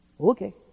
Okay